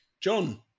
John